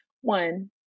one